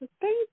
Thank